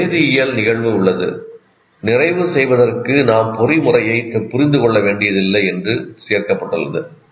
ஒரு வேதியியல் நிகழ்வு உள்ளது நிறைவு செய்வதற்கு நாம் பொறிமுறையைப் புரிந்து கொள்ள வேண்டியதில்லை என்று சேர்க்கப்பட்டுள்ளது